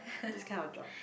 this kind of job